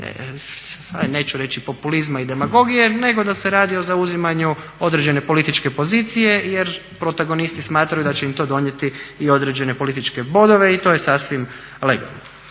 neću reći populizma i demagogije, nego da se radi o zauzimanju određene političke pozicije jer protagonisti smatraju da će im to donijeti i određene političke bodove i to je sasvim legalno,